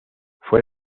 fue